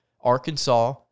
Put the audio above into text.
Arkansas